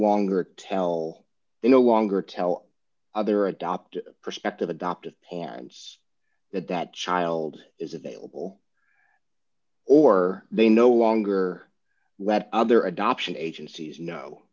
longer tell they no longer tell other adopt prospective adoptive parents that that child is available or they no longer let other adoption agencies